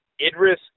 Idris